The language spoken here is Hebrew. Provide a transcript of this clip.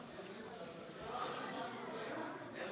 לא מופיעה